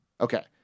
Okay